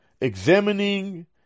examining